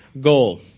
goal